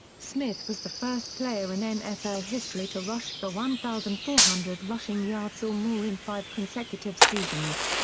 smith was the first player in nfl history to rush for one thousand four hundred rushing yards or more in five consecutive seasons.